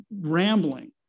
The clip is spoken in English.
rambling